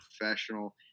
professional